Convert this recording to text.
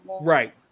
Right